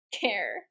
care